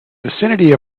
vicinity